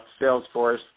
Salesforce